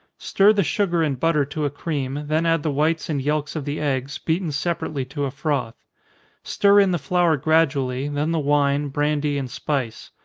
stir the sugar and butter to a cream, then add the whites and yelks of the eggs, beaten separately to a froth stir in the flour gradually, then the wine, brandy, and spice.